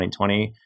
2020